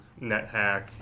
NetHack